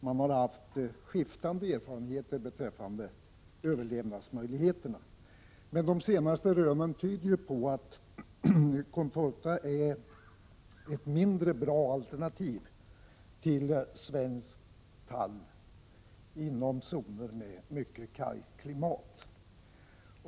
Man har haft skiftande erfarenheter beträffande överlevnadsmöjligheterna. De senaste rönen tyder emellertid på att contorta är ett mindre bra alternativ till svensk tall inom zoner med mycket kargt klimat.